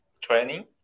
training